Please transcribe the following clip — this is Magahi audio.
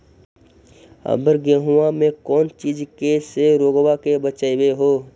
अबर गेहुमा मे कौन चीज के से रोग्बा के बचयभो?